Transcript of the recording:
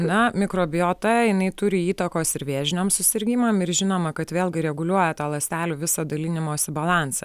na mikrobiota jinai turi įtakos ir vėžiniam susirgimam ir žinoma kad vėlgi reguliuoja tą ląstelių visą dalinimosi balansą